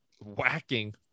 whacking